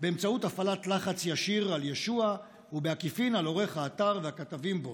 באמצעות הפעלת לחץ ישיר על ישועה ובעקיפין על עורך האתר והכתבים בו,